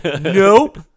Nope